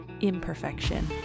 imperfection